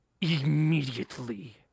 Immediately